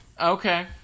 Okay